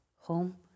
home